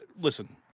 Listen